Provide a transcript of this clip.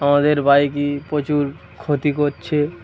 আমাদের বাইকে প্রচুর ক্ষতি করছে